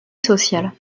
sociale